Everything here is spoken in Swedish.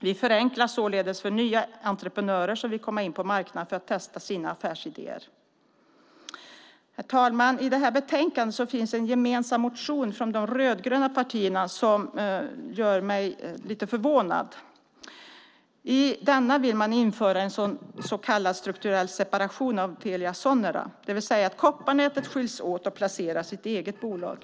Vi förenklar således för nya entreprenörer som vill komma in på marknaden för att testa sina affärsidéer. Herr talman! När det gäller det här betänkandet finns det en gemensam motion från de rödgröna partierna som gör mig lite förvånad. I denna vill man införa en så kallad strukturell separation när det gäller Telia Sonera, det vill säga att kopparnätet skiljs ut och placeras i ett eget bolag.